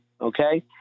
Okay